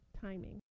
timing